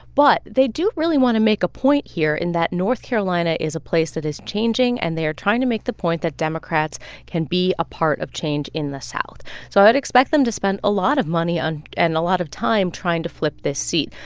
but they do really want to make a point here in that north carolina is a place that is changing. and they are trying to make the point that democrats can be a part of change in the south so i'd expect them to spend a lot of money and a lot of time trying to flip this seat,